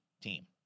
team